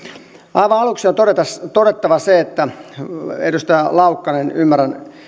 aivan aluksi on todettava se edustaja laukkanen että ymmärrän